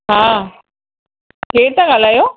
हा केर था गाल्हायो मां वाटर